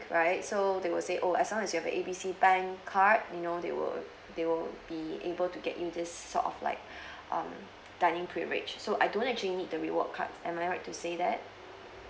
right so they will say oh as long as your have a A B C bank card you know they will they will be able to get in this sort of like um dining privilege so I don't actually need the reward cards am I right to say that